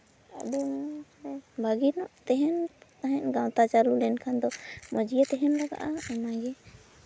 ᱵᱷᱟᱜᱮ ᱧᱚᱜ ᱛᱟᱦᱮᱱ ᱛᱟᱦᱮᱸᱜ ᱜᱟᱶᱛᱟ ᱪᱟᱹᱞᱩ ᱞᱮᱱᱠᱷᱟᱱ ᱫᱚ ᱢᱚᱡᱽ ᱜᱮ ᱛᱟᱦᱮᱱ ᱞᱟᱜᱟᱜᱼᱟ ᱚᱱᱟᱜᱮ